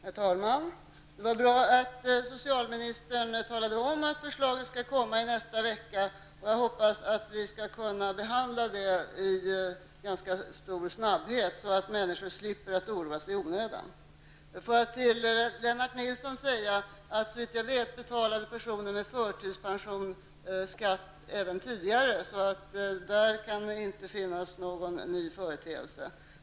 Herr talman! Det var bra att socialministern talade om att ett förslag skall komma nästa vecka. Jag hoppas att vi skall kunna behandla det snabbt, så att människor slipper oroa sig i onödan. Såvitt jag vet, Lennart Nilsson, betalade personer med förtidspension skatt även tidigare. Det är alltså ingen ny företeelse.